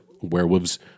werewolves